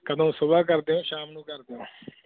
ਕਦੋਂ ਸੁਬਹਾ ਕਰਦੇ ਹੋ ਸ਼ਾਮ ਨੂੰ ਕਰਦੇ ਹੋ